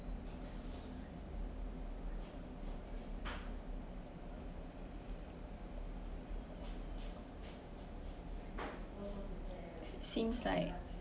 seems like